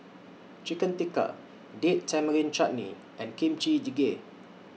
Chicken Tikka Date Tamarind Chutney and Kimchi Jjigae